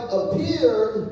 appeared